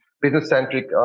business-centric